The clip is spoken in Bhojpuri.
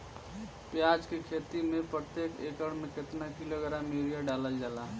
प्याज के खेती में प्रतेक एकड़ में केतना किलोग्राम यूरिया डालल जाला?